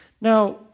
Now